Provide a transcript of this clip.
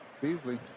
Beasley